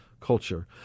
culture